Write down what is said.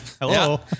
Hello